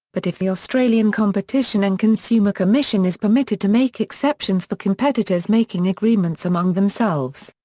but if the australian competition and consumer commission is permitted to make exceptions for competitors making agreements among themselves.